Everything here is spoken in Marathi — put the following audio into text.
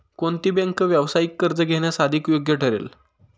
कोणती बँक व्यावसायिक कर्ज घेण्यास अधिक योग्य ठरेल?